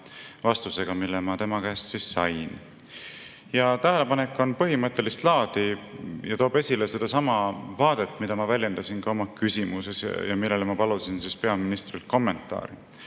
vastusega, mille ma tema käest sain. Tähelepanek on põhimõttelist laadi ja toob esile sedasama vaadet, mida ma väljendasin ka oma küsimuses ja millele ma palusin peaministrilt kommentaari.